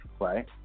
right